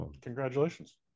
Congratulations